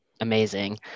amazing